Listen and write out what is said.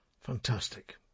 Fantastic